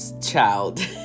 child